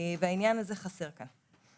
העניין הזה חסר כאן.